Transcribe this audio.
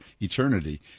eternity